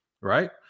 Right